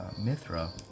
Mithra